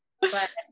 but-